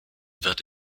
wird